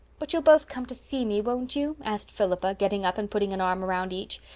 but you'll both come to see me, won't you? asked philippa, getting up and putting an arm around each.